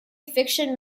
fiction